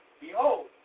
behold